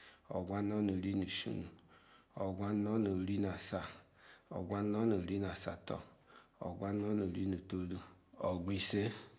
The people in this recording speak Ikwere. Ogun anu nu iri nu ishinu Ogun anu nu iri nu asa Ogun anu nu iri nu asatoi Ogun isin.